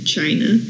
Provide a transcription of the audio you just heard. China